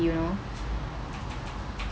you know